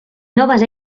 noves